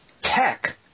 tech